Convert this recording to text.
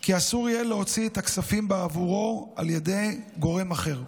כי אסור יהיה להוציא את הכספים בעבורו על ידי גורם אחר.